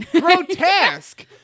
Grotesque